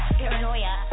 paranoia